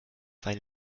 weil